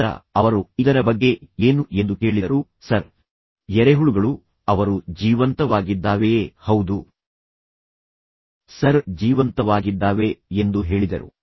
ನಂತರ ಅವರು ಇದರ ಬಗ್ಗೆ ಏನು ಎಂದು ಕೇಳಿದರು ಸರ್ ಎರೆಹುಳುಗಳು ಅವರು ಜೀವಂತವಾಗಿದ್ದಾವೆಯೇ ಹೌದು ಸರ್ ಜೀವಂತವಾಗಿದ್ದಾವೆ ಎಂದು ಹೇಳಿದರು